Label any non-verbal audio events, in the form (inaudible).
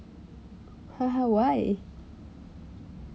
(laughs) why